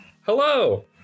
Hello